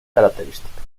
característica